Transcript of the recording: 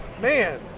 Man